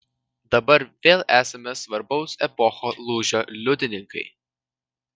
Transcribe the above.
dabar vėl esame svarbaus epochų lūžio liudininkai